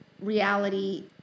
reality